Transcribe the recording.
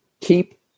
keep